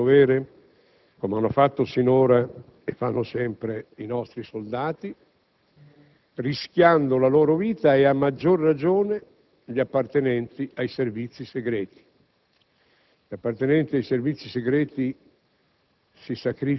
in una missione di aiuto, facendo il proprio dovere, come hanno fatto finora e fanno sempre i nostri soldati, rischiando la loro vita e, a maggior ragione, gli appartenenti ai Servizi segreti.